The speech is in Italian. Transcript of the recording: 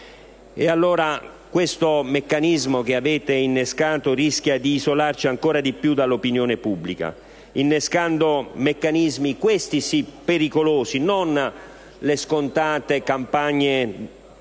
e non quelli del Paese rischia di isolarci ancora di più dall'opinione pubblica, innescando meccanismi - questi sì pericolosi, non le scontate campagne di